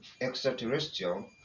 extraterrestrial